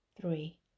three